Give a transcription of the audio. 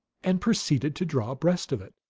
and proceeded to draw abreast of it.